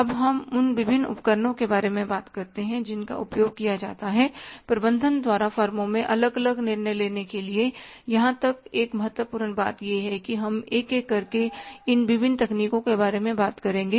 अब हम उन विभिन्न उपकरणों के बारे में बात करते हैं जिनका उपयोग किया जाता है प्रबंधन द्वारा फर्मों में अलग अलग निर्णय लेने के लिए और यहाँ एक महत्वपूर्ण बात यह है हम एक एक करके इन विभिन्न तकनीकों के बारे में बात करेंगे